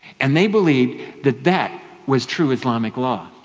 and they believe that that was true islamic law.